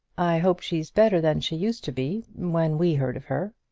i hope she's better than she used to be when we heard of her.